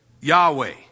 Yahweh